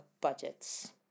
budgets